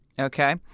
Okay